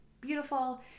beautiful